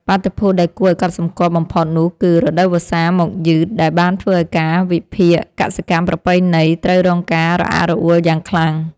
បាតុភូតដែលគួរឱ្យកត់សម្គាល់បំផុតនោះគឺ រដូវវស្សាមកយឺត ដែលបានធ្វើឱ្យកាលវិភាគកសិកម្មប្រពៃណីត្រូវរងការរអាក់រអួលយ៉ាងខ្លាំង។